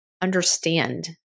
understand